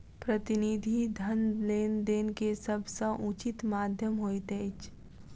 प्रतिनिधि धन लेन देन के सभ सॅ उचित माध्यम होइत अछि